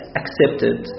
accepted